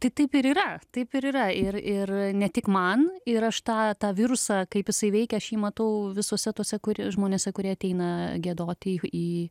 tai taip ir yra taip ir yra ir ir ne tik man ir aš tą tą virusą kaip jisai veikia aš jį matau visuose tuose kur žmonėse kurie ateina giedoti į į